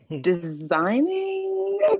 designing